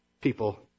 people